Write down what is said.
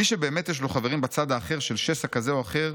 "מי שבאמת יש לו חברים בצד האחר של שסע כזה או אחר,